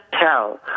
tell